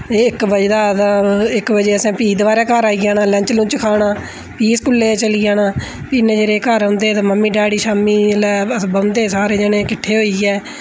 ते इक बजदा हा ते इक बजे असें फ्ही दुबारा घार आई जाना लंच लुंच खाना फ्ही स्कूलै गी चली जाना फ्ही इन्ने चिरै गी घर औंदे है मम्मी डैडी शामी जेल्लै अस बौंह्दे सारे जने कट्ठे होइयै